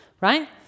right